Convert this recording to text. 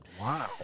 Wow